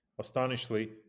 Astonishingly